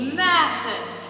massive